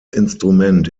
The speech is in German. instrument